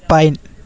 pine